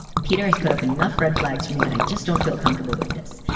peter has put up enough red flags for me that i just don't feel comfortable with this.